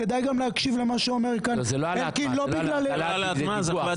כדאי גם להקשיב למה שאומר כאן אלקין --- זה לא העלאת מס,